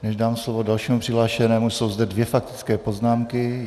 Než dám slovo dalšími přihlášenému, jsou zde dvě faktické poznámky.